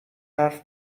حرف